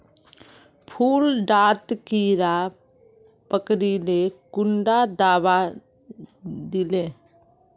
फुल डात कीड़ा पकरिले कुंडा दाबा दीले?